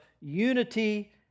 unity